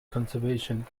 conservation